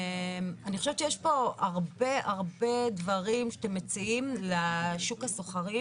אני חושבת שיש פה הרבה הרבה דברים שאתם מציעים לשוק השוכרים